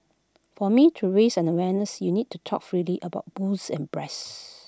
for me to raise the awareness you need to talk freely about boobs and breasts